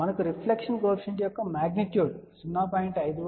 మనకు reflection coefficient యొక్క magnitude 0